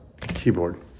keyboard